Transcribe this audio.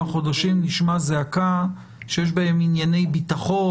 חודשים נשמע זעקה שיש בהם ענייני ביטחון?